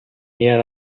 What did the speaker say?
here